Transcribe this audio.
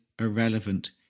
irrelevant